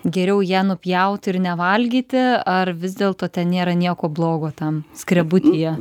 geriau ją nupjaut ir nevalgyti ar vis dėlto ten nėra nieko blogo tam skrebutyje